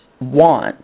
want